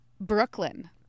Brooklyn